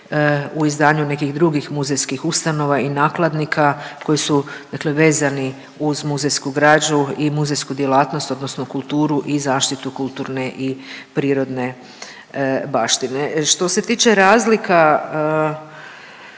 u izdanju nekih drugih muzejskih ustanova i nakladnika koji su dakle vezani uz muzejsku građu i muzejsku djelatnost odnosno kulturu i zaštitu kulturne i prirodne baštine. Što se tiče razlika